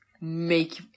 make